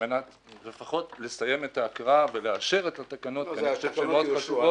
כדי לפחות לסיים את ההקראה ולאשר את התקנות- -- התקנות יאושרו,